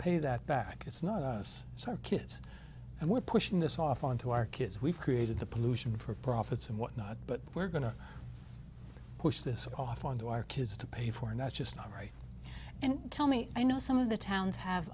pay that back it's not us it's our kids and we're pushing this off onto our kids we've created the pollution for profits and whatnot but we're going to pushed this off on to our kids to pay for and that's just not right and tell me i know some of the towns have